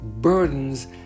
burdens